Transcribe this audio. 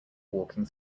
walking